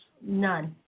None